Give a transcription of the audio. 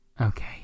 Okay